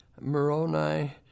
Moroni